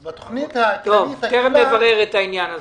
אז בתוכנית הכללית --- תיכף נברר את העניין הזה,